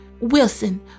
Wilson